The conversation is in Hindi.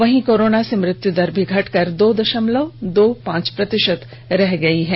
वहीं कोरोना से मृत्यु दर भी घटकर दो दशमलव दो पांच प्रतिशत रह गई है